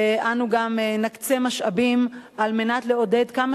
אנו גם נקצה משאבים על מנת לעודד כמה